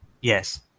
yes